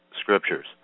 Scriptures